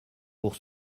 pour